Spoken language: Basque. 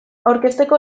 aurkezteko